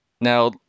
Now